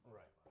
right